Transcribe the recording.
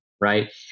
Right